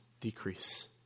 decrease